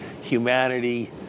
humanity